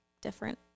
different